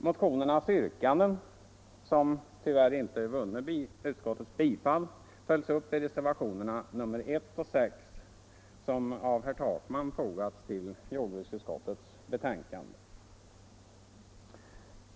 Motionernas yrkanden, som tyvärr inte vunnit utskottets stöd, följes upp i reservationerna 1 och 6, som av herr Takman fogats vid jordbruksutskottets betänkande.